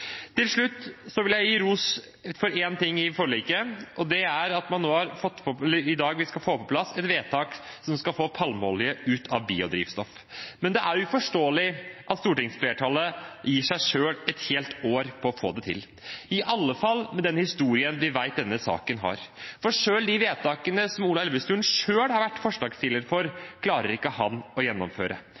Til slutt vil jeg gi ros for én ting i forliket. Det er at vi i dag fatter et vedtak som skal få palmeolje ut av biodrivstoff. Men det er uforståelig at stortingsflertallet gir seg selv et helt år på å få det til, i alle fall med den historien vi vet at denne saken har. Selv de forslagene som Ola Elvestuen selv har vært forslagsstiller for, klarer han ikke å gjennomføre.